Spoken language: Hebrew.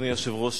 אדוני היושב-ראש,